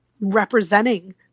representing